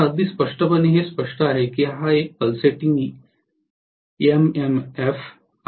आता अगदी स्पष्टपणे हे स्पष्ट आहे की हा एक पल्सटिंग एमएमएफ आहे